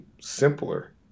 simpler